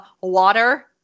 Water